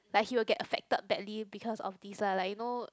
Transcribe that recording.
like he will get affected badly because of this ah like you know